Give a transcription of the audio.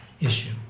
issue